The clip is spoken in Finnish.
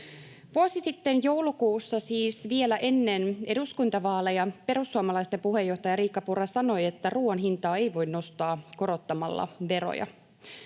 Vuosi sitten joulukuussa, siis vielä ennen eduskuntavaaleja, perussuomalaisten puheenjohtaja Riikka Purra sanoi, että ruuan hintaa ei voi nostaa korottamalla veroja.